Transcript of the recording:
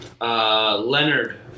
Leonard